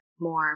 more